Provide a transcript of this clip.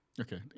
Okay